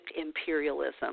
imperialism